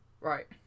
Right